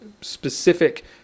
specific